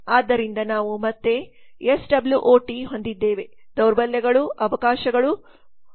ಆದ್ದರಿಂದ ನಾವು ಮತ್ತೆ ಎಸ್ ಡಬ್ಲ್ಯೂ ಒ ಟಿಹೊಂದಿದ್ದೇವೆ ದೌರ್ಬಲ್ಯಗಳು ಅವಕಾಶಗಳು ಮತ್ತು ಬೆದರಿಕೆಗಳನ್ನು ದೂರ ಮಾಡಿ